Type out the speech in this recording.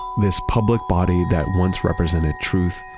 this public body that once represented truth,